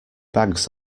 bags